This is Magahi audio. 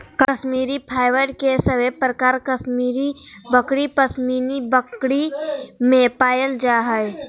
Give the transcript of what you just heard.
कश्मीरी फाइबर के सभे प्रकार कश्मीरी बकरी, पश्मीना बकरी में पायल जा हय